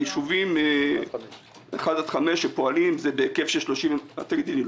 ביישובים 1 עד 5 הם פועלים בהיקף של 30 מיליון.